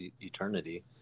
eternity